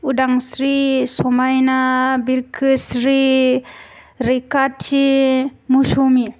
उदांस्रि समायना बिरखोस्रि रैखाथि मौसुमि